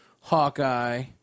Hawkeye